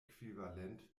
äquivalent